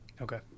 okay